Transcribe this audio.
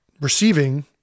receiving